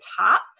top